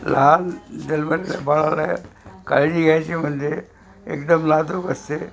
लहान जन्मलेल्या बाळाला काळजी घ्यायची म्हणजे एकदम नाजूक असते